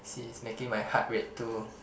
see it's making my heart rate too